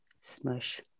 Smush